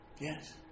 Yes